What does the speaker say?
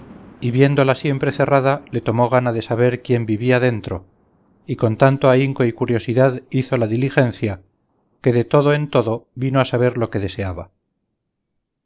y viéndola siempre cerrada le tomó gana de saber quién vivía dentro y con tanto ahínco y curiosidad hizo la diligencia que de todo en todo vino a saber lo que deseaba